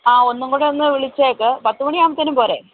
അ ഒന്നും കൂടെ ഒന്ന് വിളിച്ചേക്ക് പത്തുമണിയാകുമ്പോൾ പോരെ